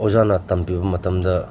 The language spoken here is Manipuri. ꯑꯣꯖꯥꯅ ꯇꯝꯕꯤꯕ ꯃꯇꯝꯗ